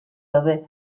gabe